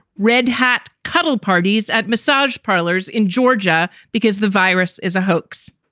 redhat cuddle parties at massage parlors in georgia because the virus is a hoax.